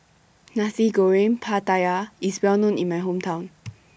Nasi Goreng Pattaya IS Well known in My Hometown